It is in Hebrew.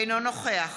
אינו נוכח